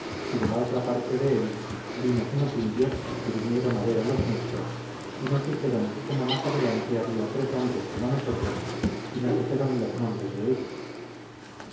y de la otra parte de él vimos unos indios que vinieron a ver a los nuestros y nos dijeron cómo más adelante había tres hombres como nosotros y nos dijeron los nombres de ellos